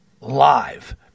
live